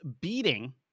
beating